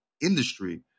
industry